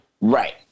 Right